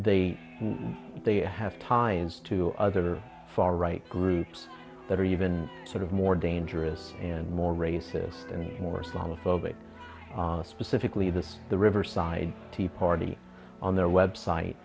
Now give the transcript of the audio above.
they they have ties to other far right groups that are even sort of more dangerous and more racist and more solid phobic specifically this the riverside tea party on their website